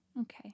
Okay